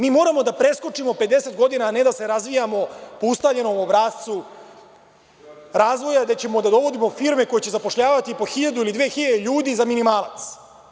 Mi moramo da preskočimo 50 godina, a ne da se razvijamo po ustaljenom obrascu razvoja, gde ćemo da dovodimo firme koje će zapošljavati i po 1.000 ili 2.000 ljudi za minimalac.